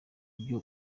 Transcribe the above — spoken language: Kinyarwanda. byo